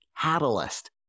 catalyst